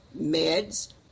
meds